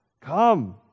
come